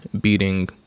beating